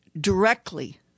directly